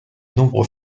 nombreux